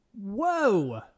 Whoa